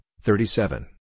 thirty-seven